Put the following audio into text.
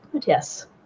yes